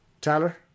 Tyler